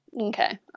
Okay